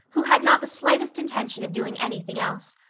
who had not the slightest intention of doing anything else.